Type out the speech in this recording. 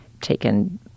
taken